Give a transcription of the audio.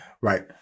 Right